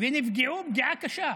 ונפגעו פגיעה קשה.